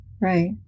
Right